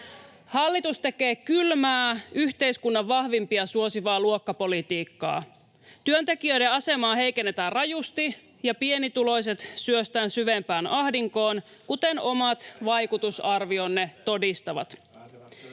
Hallitus tekee kylmää, yhteiskunnan vahvimpia suosivaa luokkapolitiikkaa. Työntekijöiden asemaa heikennetään rajusti ja pienituloiset syöstään syvempään ahdinkoon, kuten omat vaikutusarvionne todistavat.